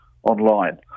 online